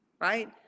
Right